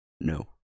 No